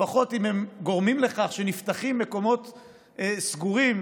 לפחות אם הם גורמים לכך שנפתחים מקומות סגורים,